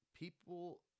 people